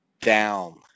Down